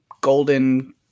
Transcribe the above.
golden